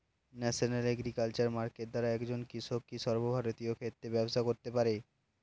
National agriculture market দ্বারা একজন কৃষক কি সর্বভারতীয় ক্ষেত্রে ব্যবসা করতে পারে?